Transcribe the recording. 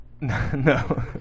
no